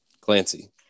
clancy